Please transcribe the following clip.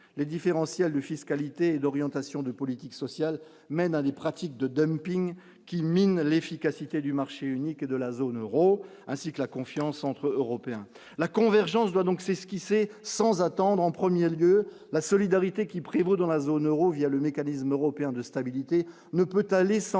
les différentiels de fiscalité, d'orientations de politique sociale, mais des pratiques de dumping qui mine l'efficacité du marché unique et de la zone Euro, ainsi que la confiance entre Européens, la convergence va donc s'esquisser sans attendre en 1er lieu la solidarité qui prévaut dans la zone Euro, il y a le mécanisme européen de stabilité ne peut aller sans